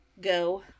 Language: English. go